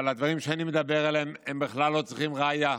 אבל הדברים שאני מדבר עליהם לא צריכים בכלל ראיה.